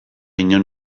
inon